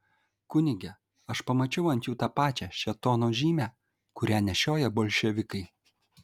kunige aš pamačiau ant jų tą pačią šėtono žymę kurią nešioja bolševikai